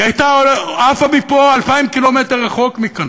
היא הייתה עפה מפה אלפיים קילומטר רחוק מכאן,